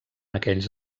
aquells